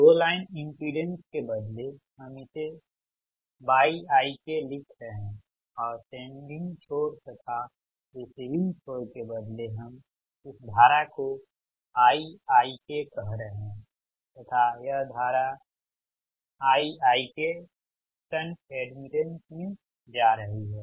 दो line impedance के बदले हम इसे इसे yikलिख रहे हैं और सेंडिंग छोर तथा रिसीविंग छोर के बदले हम इस धारा को Iikकह रहे हैं तथा यह धारा Iiko शंट एड्मिटेंस में जा रही है